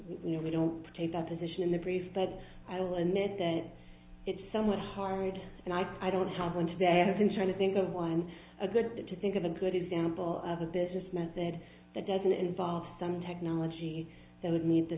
recently we don't take that position in the brief but i will admit that it's somewhat hard and i don't have one today i have been trying to think of one a good bit to think of a good example of a business method that doesn't involve some technology that would meet the